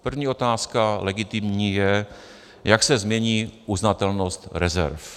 První otázka legitimní je, jak se změní uznatelnost rezerv.